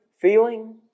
feeling